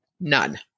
none